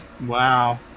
Wow